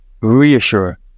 reassure